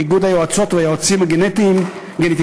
לאיגוד היועצות והיועצים הגנטיים,